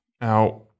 Now